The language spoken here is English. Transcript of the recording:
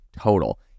total